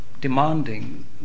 demanding